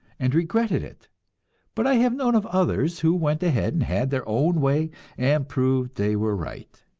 and regretted it but i have known of others who went ahead and had their own way and proved they were right.